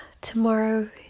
tomorrow